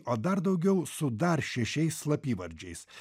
o dar daugiau su dar šešiais slapyvardžiais